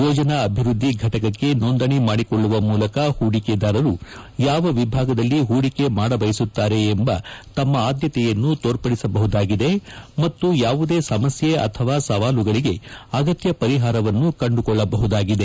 ಯೋಜನಾ ಅಭಿವ್ವದ್ದಿ ಘಟಕಕ್ಕೆ ನೋಂದಣಿ ಮಾಡಿಕೊಳ್ಳುವ ಮೂಲಕ ಹೂಡಿಕೆದಾರರು ಯಾವ ವಿಭಾಗದಲ್ಲಿ ಹೂಡಿಕೆ ಮಾಡಬಯಸುತ್ತಾರೆ ಎಂಬ ತಮ್ಮ ಅದ್ಯತೆಯನ್ನು ತೋರ್ಪಡಿಸಬಹುದಾಗಿದೆ ಮತ್ತು ಯಾವುದೇ ಸಮಸ್ನೆ ಅಥವಾ ಸವಾಲುಗಳಿಗೆ ಅಗತ್ಯ ಪರಿಹಾರವನ್ನು ಕಂಡುಕೊಳ್ಳಬಹುದಾಗಿದೆ